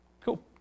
cool